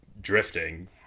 drifting